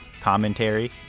commentary